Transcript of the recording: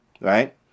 right